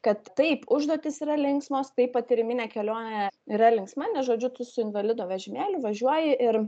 kad taip užduotys yra linksmos taip patyriminė kelionė yra linksma nes žodžiu tu su invalido vežimėliu važiuoji ir